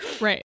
Right